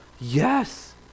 Yes